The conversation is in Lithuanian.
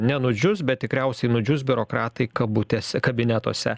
nenudžius bet tikriausiai nudžius biurokratai kabutėse kabinetuose